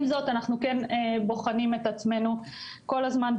עם זאת, אנחנו כן בוחנים את עצמנו כל הזמן.